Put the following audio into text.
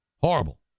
horrible